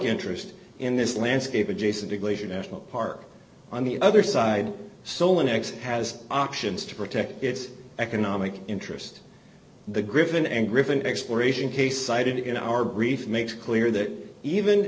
interest in this landscape adjacent to glacier national park on the other side solon x has options to protect its economic interest the griffin and griffin exploration case cited in our brief makes clear that even